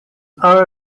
our